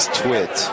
twit